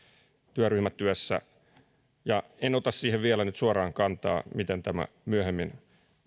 työryhmätyössä en ota siihen vielä nyt suoraan kantaa miten tämä myöhemmin